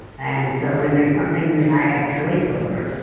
and so when there's something that i have choice over,